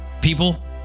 people